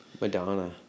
Madonna